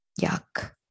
Yuck